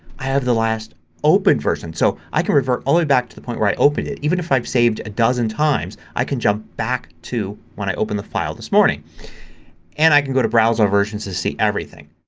i have the last opened versions, so i can revert all the way back to the point where i opened it even if i saved a dozen times i can jump back to when i opened the file this morning and i can go to browse all versions to see everything.